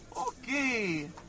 Okay